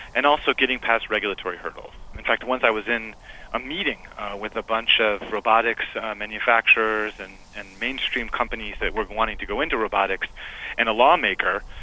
and also getting past regulatory hurdles. in fact, once i was in a meeting with a bunch of robotics manufacturers and and mainstream companies that were wanting to go into robotics and a lawmaker,